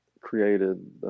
created